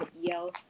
yell